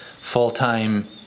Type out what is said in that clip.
full-time